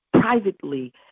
privately